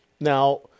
Now